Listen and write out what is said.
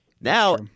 Now